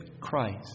Christ